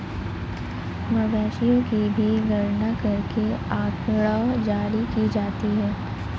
मवेशियों की भी गणना करके आँकड़ा जारी की जाती है